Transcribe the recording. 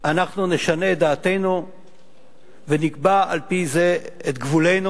אנחנו נשנה את דעתנו ונקבע על-פי זה את גבולנו?